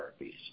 therapies